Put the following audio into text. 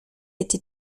été